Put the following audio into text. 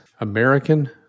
American